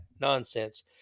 nonsense